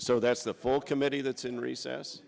so that's the full committee that's in recess